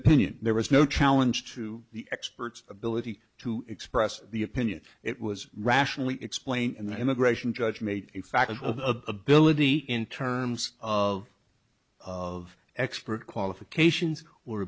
opinion there was no challenge to the experts ability to express the opinion it was rationally explain and the immigration judge made in fact an ability in terms of of expert qualifications